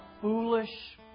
foolish